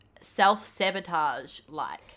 self-sabotage-like